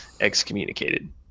excommunicated